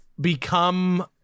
become